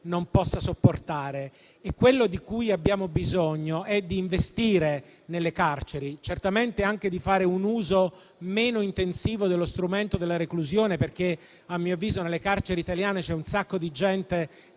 non possa sopportare. Abbiamo bisogno di investire nelle carceri e certamente anche di fare un uso meno intensivo dello strumento della reclusione perché, a mio avviso, nelle carceri italiane c'è un sacco di gente